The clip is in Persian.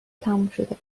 تمومشده